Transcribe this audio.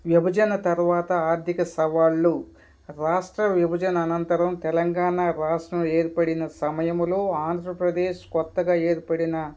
విభజన తరువాత ఆర్థిక సవాళ్ళు రాష్ట్ర విభజన అనంతరం తెలంగాణ రాష్ట్రం ఏర్పడిన సమయంలో ఆంధ్రప్రదేశ్ క్రొత్తగా ఏర్పడిన